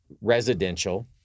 residential